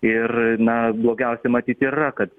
ir na blogiausia matyt yra kad